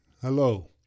Hello